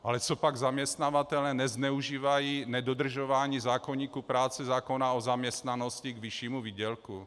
Ale copak zaměstnavatelé nezneužívají nedodržování zákoníku práce, zákona o zaměstnanosti k vyššímu výdělku?